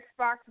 Xbox